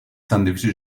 ساندویچ